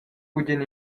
bugen